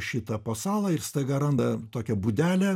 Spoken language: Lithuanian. šitą po salą ir staiga randa tokią būdelę